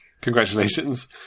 Congratulations